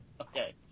Okay